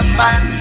man